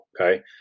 Okay